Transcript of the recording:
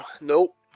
Nope